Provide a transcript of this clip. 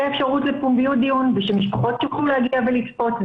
אפשרות לפומביות דיון ושמשפחות יוכלו להגיע ולצפות.